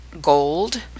gold